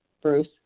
Bruce